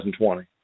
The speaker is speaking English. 2020